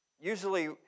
usually